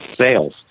sales